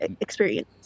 experience